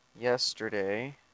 yesterday